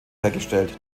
hergestellt